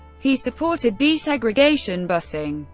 he supported desegregation busing,